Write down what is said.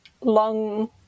long